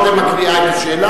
קודם את מקריאה את השאלה.